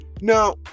now